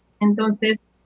Entonces